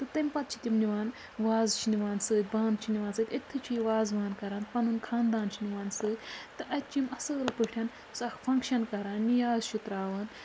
تہٕ تمہِ پَتہٕ چھِ تِم نِوان وازٕ چھِ نِوان سۭتۍ بانہٕ چھِ نِوان سۭتۍ أتتھی چھُ یہ وازوان کَران پَنُن خانٛدان چھُ نِوان سۭتۍ تہٕ اَتہِ چھِ یِم اَصٕل پٲٹھۍ سُہ اَکھ فَنٛگشَن کَران نیاز چھُ ترٛاوان